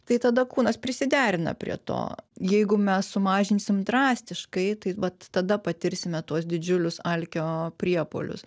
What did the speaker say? tai tada kūnas prisiderina prie to jeigu mes sumažinsim drastiškai tai vat tada patirsime tuos didžiulius alkio priepuolius